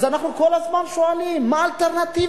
אז אנחנו כל הזמן שואלים מה האלטרנטיבה,